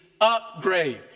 upgrade